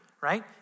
right